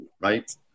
right